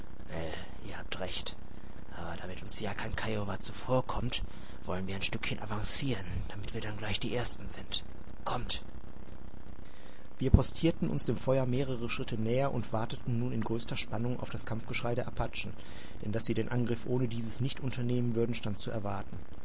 well habt recht aber damit uns da kein kiowa zuvorkommt wollen wir ein stückchen avancieren damit wir dann gleich die ersten sind kommt wir postierten uns dem feuer mehrere schritte näher und warteten nun in größter spannung auf das kampfgeschrei der apachen denn daß sie den angriff ohne dieses nicht unternehmen würden stand zu erwarten